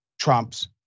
Trump's